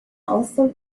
also